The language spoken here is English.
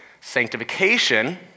Sanctification